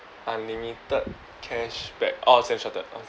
unlimited cashback orh standard chartered